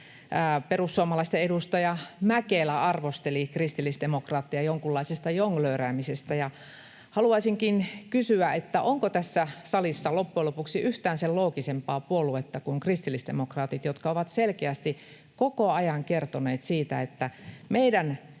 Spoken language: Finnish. perussuomalaisten edustaja Mäkelä arvosteli kristillisdemokraatteja jonkunlaisesta jonglööraamisesta, ja haluaisinkin kysyä, että onko tässä salissa loppujen lopuksi yhtään sen loogisempaa puoluetta kuin kristillisdemokraatit, jotka ovat selkeästi koko ajan kertoneet siitä, että meidän mallissa